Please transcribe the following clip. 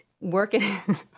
working